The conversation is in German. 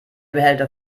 behälter